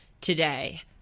today